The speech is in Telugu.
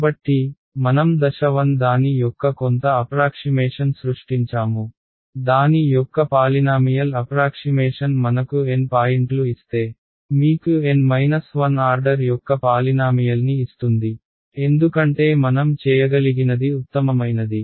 కాబట్టి మనం దశ 1 దాని యొక్క కొంత అప్రాక్షిమేషన్ సృష్టించాము దాని యొక్క పాలినామియల్ అప్రాక్షిమేషన్ మనకు N పాయింట్లు ఇస్తే మీకు N 1 ఆర్డర్ యొక్క పాలినామియల్ని ఇస్తుంది ఎందుకంటే మనం చేయగలిగినది ఉత్తమమైనది